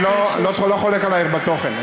אני לא חולק עלייך בתוכן.